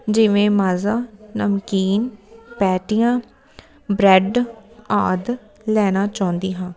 ਜਿਵੇਂ ਮਾਜ਼ਾ ਨਮਕੀਨ ਪੈਟੀਆਂ ਬਰੈਡ ਆਦਿ ਲੈਣਾ ਚਾਹੁੰਦੀ ਹਾਂ